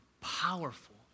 powerful